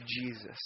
Jesus